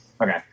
Okay